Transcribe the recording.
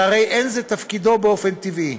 שהרי אין זה תפקידו באופן טבעי.